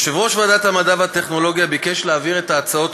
יושב-ראש ועדת המדע והטכנולוגיה ביקש להעביר את ההצעות